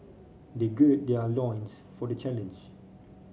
they gird their loins for the challenge